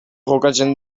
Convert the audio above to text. jokatzen